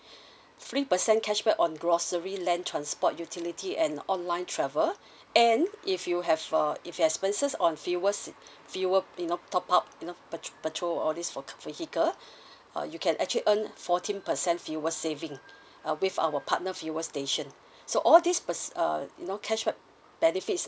three percent cashback on grocery land transport utility and online travel and if you have uh if you have expenses on fewer you know top up you know petr~ petrol all this for ca~ vehicle uh you can actually earn fourteen percent fewer saving uh with our partner fewer station so all these pers~ uh you know cashback benefits